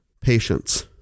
Patience